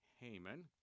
Haman